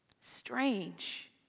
Strange